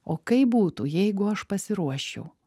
o kaip būtų jeigu aš pasiruoščiau